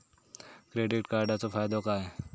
Credit कार्डाचो फायदो काय?